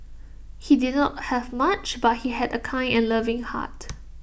he did not have much but he had A kind and loving heart